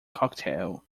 cocktail